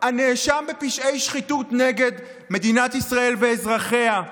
הנאשם בפשעי שחיתות נגד מדינת ישראל ואזרחיה,